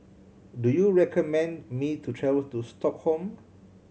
do you recommend me to travel to Stockholm